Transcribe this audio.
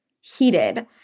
heated